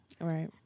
right